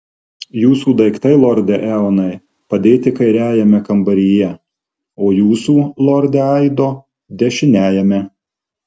jūsų daiktai lorde eonai padėti kairiajame kambaryje o jūsų lorde aido dešiniajame